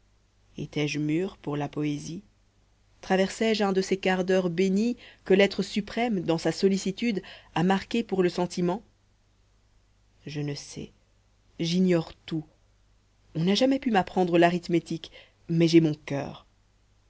étais-je mûre pour la poésie traversais je un de ces quarts d'heure bénis que l'être suprême dans sa sollicitude a marqués pour le sentiment je ne sais j'ignore tout on n'a jamais pu m'apprendre l'arithmétique mais j'ai mon coeur